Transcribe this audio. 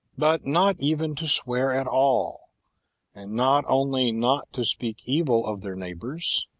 but not even to swear at all and not only not to speak evil of their neighbours,